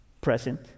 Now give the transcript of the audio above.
present